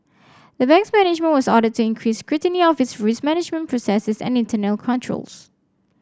the bank's management was ordered to increase scrutiny of its risk management processes and internal controls